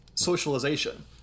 socialization